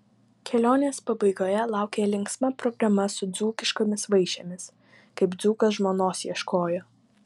kelionės pabaigoje laukė linksma programa su dzūkiškomis vaišėmis kaip dzūkas žmonos ieškojo